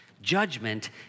Judgment